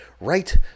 right